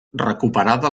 recuperada